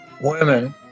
women